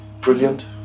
Brilliant